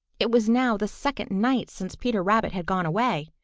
it was now the second night since peter rabbit had gone away.